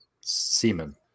semen